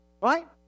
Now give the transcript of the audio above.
right